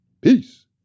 Peace